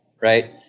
right